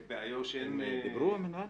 באיו"ש אין --- הם דיברו, המינהל?